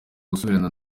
gusubirana